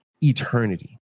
eternity